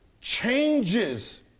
changes